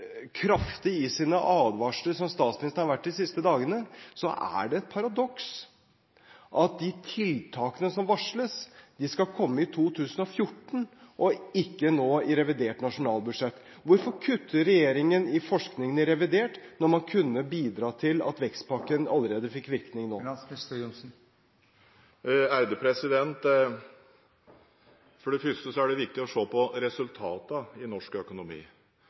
kraftig i sine advarsler som statsministeren har vært de siste dagene, er det et paradoks at de tiltakene som varsles, skal komme i 2014 og ikke nå i revidert nasjonalbudsjett. Hvorfor kutter regjeringen i forskningen i revidert når man kunne bidratt til at vekstpakken fikk virkning allerede nå? For det første er det viktig å se på resultatene i norsk økonomi.